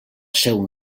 seu